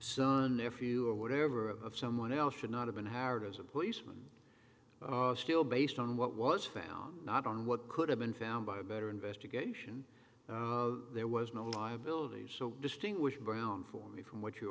son nephew or whatever of someone else should not have been howard as a policeman still based on what was found not on what could have been found by a better investigation there was no liability so distinguished brown for me from what you